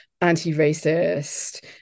anti-racist